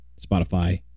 spotify